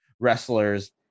wrestlers